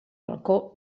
balcó